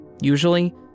Usually